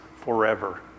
forever